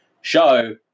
show